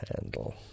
handle